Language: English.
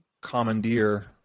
commandeer